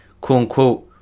quote-unquote